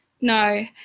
No